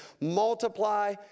multiply